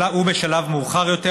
ובשלב מאוחר יותר,